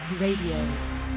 Radio